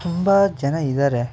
ತುಂಬ ಜನ ಇದ್ದಾರೆ